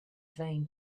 vain